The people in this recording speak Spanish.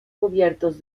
cubiertos